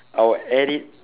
I will add it